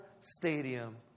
stadium